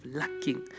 lacking